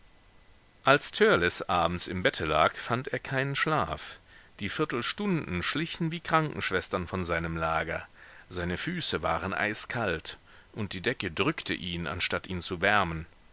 als törleß abends im bette lag fand er keinen schlaf die viertelstunden schlichen wie krankenschwestern von seinem lager seine füße waren eiskalt und die decke drückte ihn anstatt ihn zu wärmen